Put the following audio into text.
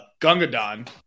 Gungadon